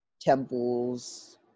temples